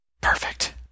Perfect